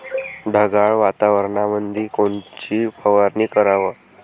ढगाळ वातावरणामंदी कोनची फवारनी कराव?